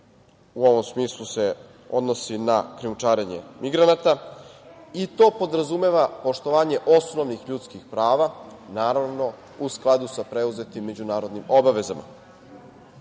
u ovom smislu se odnosi na krijumčarenje migranata. To podrazumeva poštovanje osnovnih ljudskih prava, naravno, u skladu sa preuzetim međunarodnim obavezama. Ratovi